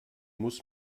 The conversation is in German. muss